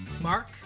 Mark